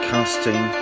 Casting